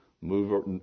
move